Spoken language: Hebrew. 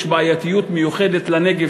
יש בעייתיות מיוחדת בנגב,